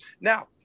Now